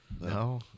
No